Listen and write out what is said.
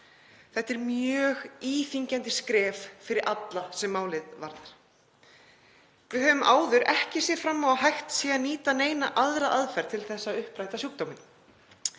Þetta er mjög íþyngjandi skref fyrir alla sem málið varðar. Áður höfum við ekki séð fram á að hægt væri að nýta neina aðra aðferð til að uppræta sjúkdóminn,